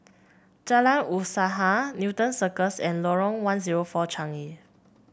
Jalan Usaha Newton Circus and Lorong one zero four Changi